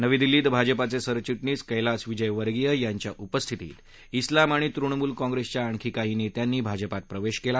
नवी दिल्लीत भाजपाचे सरविटणीस कैलास विजय वर्गिय यांच्या उपस्थितीत उलाम आणि तृणमूल काँग्रेसच्या आणखी काही नेत्यांनी भाजपात प्रवेश केला